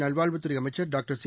நல்வாழ்வுத் துறை அமைச்சர் டாக்டர் சி